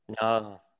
no